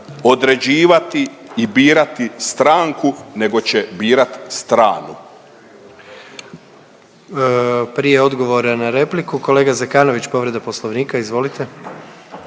određivati i birati stranku nego će birat stranu.